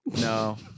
No